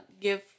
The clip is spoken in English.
give